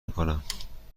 میکنم